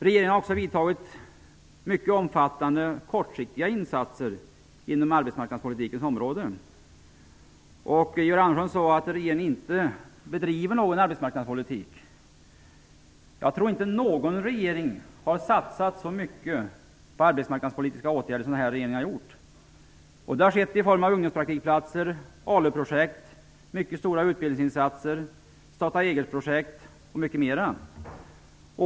Regeringen har vidtagit mycket omfattande kortsiktiga insatser inom arbetsmarknadspolitikens område. Georg Andersson sade att regeringen inte bedriver någon arbetsmarknadspolitik. Jag tror inte att någon regering har satsat så mycket på arbetsmarknadspolitiska åtgärder som denna regering. Det har skett i form av ungdomspraktikplatser, ALU-projekt, mycket stora utbildningsinsatser, starta-eget-projekt och mycket mer.